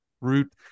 root